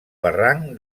barranc